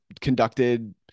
conducted